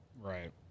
Right